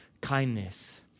kindness